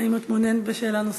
האם את מעוניינת בשאלה נוספת?